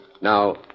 Now